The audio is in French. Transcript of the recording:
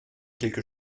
quelque